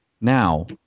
Now